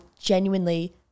genuinely